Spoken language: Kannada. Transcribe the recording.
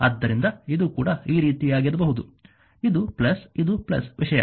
ಆದ್ದರಿಂದ ಇದು ಕೂಡ ಈ ರೀತಿಯಾಗಿರಬಹುದು ಇದು ಇದು ವಿಷಯ